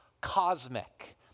cosmic